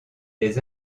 les